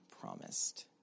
promised